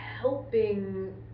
helping